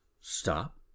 stop